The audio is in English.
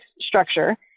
structure